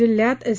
जिल्हयात एस